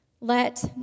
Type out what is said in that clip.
Let